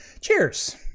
cheers